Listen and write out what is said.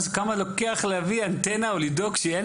כמה לוקח להביא אנטנה או לדאוג שיהיה?